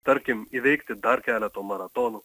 tarkim įveikti dar keleto maratonų